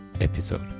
episode